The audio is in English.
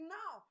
now